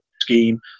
scheme